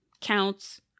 counts